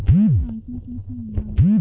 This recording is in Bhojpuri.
फण्ड ट्रांसफर कैसे होला?